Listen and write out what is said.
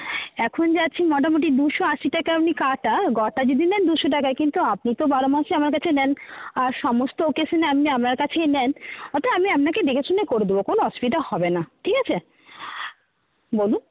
এখন যা আছে মোটামুটি দুশো আশি টাকা এমনি কাটা গোটা যদি নেন দুশো টাকায় কিন্তু আপনি তো বারো মাসই আমার কাছে নেন আর সমস্ত অকেশনে আপনি আমার কাছেই নেন ওটা আমি আপনাকে দেখেশুনে করে দেবো কোনো অসুবিধা হবে না ঠিক আছে বলুন